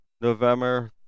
november